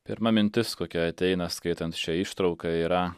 pirma mintis kokia ateina skaitant šią ištrauką yra